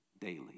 daily